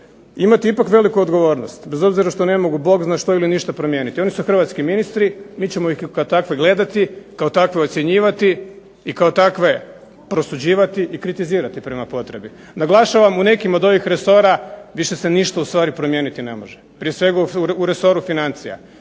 imati ipak veliku odgovornost, bez obzira što ne mogu Bog zna što ili ništa promijeniti. Oni su hrvatski ministri, mi ćemo ih kao takve gledati, kao takve ocjenjivati, i kao takve prosuđivati i kritizirati prema potrebi. Naglašavam u nekim od ovih resora više se ništa ustvari promijeniti ne može. Prije svega u resoru financija.